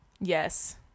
yes